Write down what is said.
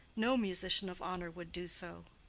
no musician of honor would do so.